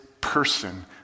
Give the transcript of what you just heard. person